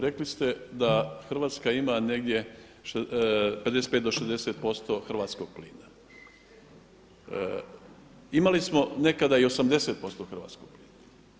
Rekli ste da Hrvatska ima negdje 55 do 60% hrvatskog plina, imali smo nekada i 80% hrvatskog plina.